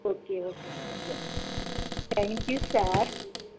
okay okay okay thank you sir